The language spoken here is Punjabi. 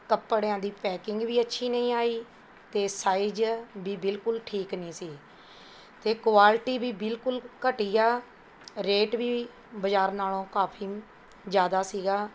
ਕੱਪੜਿਆਂ ਦੀ ਪੈਕਿੰਗ ਵੀ ਅੱਛੀ ਨਹੀਂ ਆਈ ਅਤੇ ਸਾਈਜ਼ ਵੀ ਬਿਲਕੁਲ ਠੀਕ ਨਹੀਂ ਸੀ ਅਤੇ ਕੁਆਲਟੀ ਵੀ ਬਿਲਕੁਲ ਘਟੀਆ ਰੇਟ ਵੀ ਬਾਜ਼ਾਰ ਨਾਲੋਂ ਕਾਫੀ ਜ਼ਿਆਦਾ ਸੀਗਾ